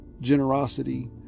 generosity